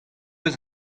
eus